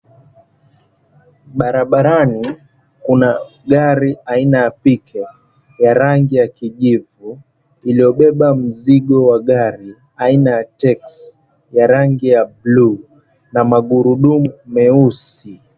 Barabarani kuna gari aina ya pick-up ya rangi ya kijivu iliobeba mzigo wa gari aina ya cs] taxi ya rangi ya buluu na magurudumu meusi.